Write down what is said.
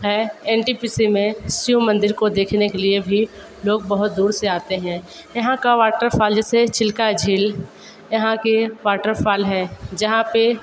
है N T P C में शिव मंदिर को देखने के लिए भी लोग बहुत दूर से आते हैं यहाँ का वाटरफाॅल जैसे चिल्का झील यहाँ के वाटरफॉल है जहाँ पे